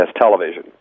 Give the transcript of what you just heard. Television